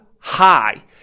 high